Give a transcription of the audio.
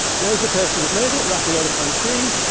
there's the person that made it, rafaella franci.